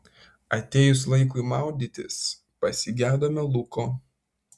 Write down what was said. atėjus laikui maudytis pasigedome luko